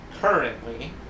currently